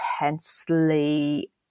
intensely